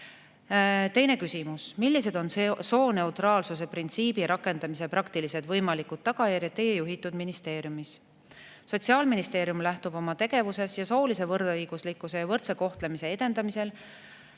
Teine küsimus: "Millised on sooneutraalsuse printsiibi rakendamise praktilised võimalikud tagajärjed Teie juhitud ministeeriumis?" Sotsiaalministeerium lähtub oma tegevuses ning soolise võrdõiguslikkuse ja võrdse kohtlemise edendamisel